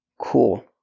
cool